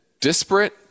disparate